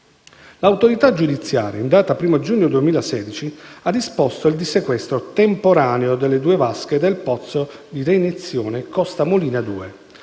L'autorità giudiziaria in data 1° giugno 2016 ha disposto il dissequestro temporaneo delle due vasche e del pozzo di reiniezione Costa Molina 2